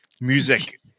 music